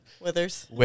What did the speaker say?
Withers